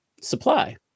supply